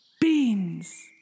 beans